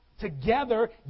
together